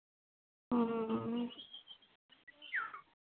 ᱦᱩᱸ